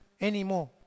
anymore